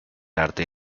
arte